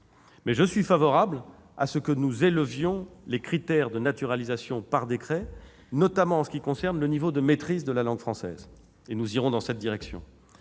Mais je suis favorable à ce que nous élevions les critères de naturalisation par décret, notamment en ce qui concerne le niveau de maîtrise de la langue française. Nous irons dans cette direction.